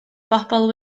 bobl